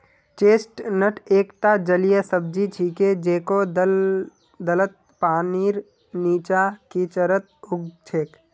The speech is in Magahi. चेस्टनट एकता जलीय सब्जी छिके जेको दलदलत, पानीर नीचा, कीचड़त उग छेक